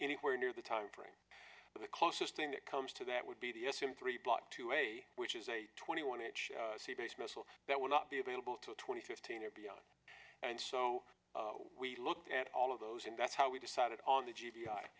anywhere near the time frame but the closest thing that comes to that would be the s m three block two a which is a twenty one age sea based missile that will not be available to twenty fifteen or beyond and so we looked at all of those and that's how we decided on the g